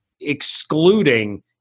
excluding